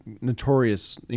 notorious